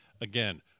again